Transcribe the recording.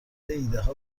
ایدهها